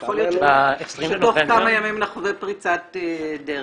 תוך כמה ימים אנחנו נראה פריצת דרך